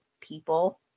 people